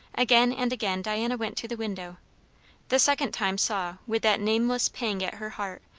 again and again diana went to the window the second time saw, with that nameless pang at her heart,